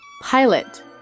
Pilot